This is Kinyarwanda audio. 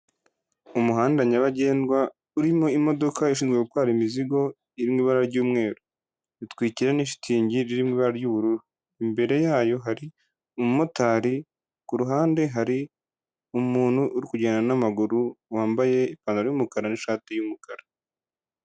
Umuhanda nyabagendwa urimo imodoka ishinzwe gutwara imizigo iri mu ibara ry'umweru itwikiwe n'ishitingi riririmo mu ibara ry'ubururu, imbere yayo hari umumotari ku ruhande hari umuntu uri kugenda n'amaguru wambaye ipantaro y'umukara n'ishati y'umukara.